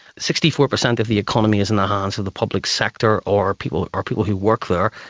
sixty four percent of the economy is in the hands of the public sector or people or people who work there.